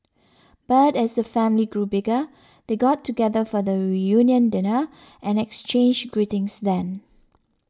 but as the family grew bigger they got together for the reunion dinner and exchanged greetings then